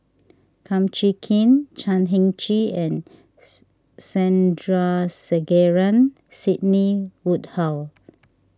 Kum Chee Kin Chan Heng Chee and Sandrasegaran Sidney Woodhull